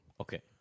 okay